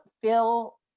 feel